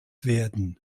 werden